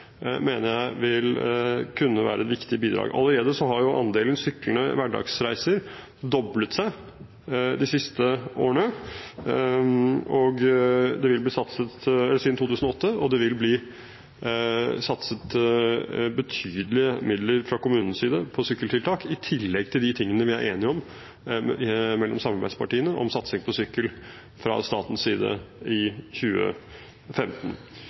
mener jeg vil kunne være et viktig bidrag. Allerede har andelen syklende hverdagsreiser doblet seg de siste årene – siden 2008. Det vil bli satset betydelige midler fra kommunens side på sykkeltiltak i tillegg til de tiltakene vi i samarbeidspartiene er enige om når det gjelder satsing på sykkel fra statens side i 2015.